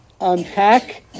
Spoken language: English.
unpack